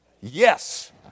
yes